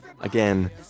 again